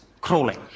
crawling